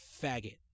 faggot